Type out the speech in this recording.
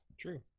true